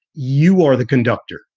you are the conductor,